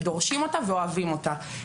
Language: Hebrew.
דורשים אותה ואוהבים אותה,